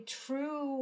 true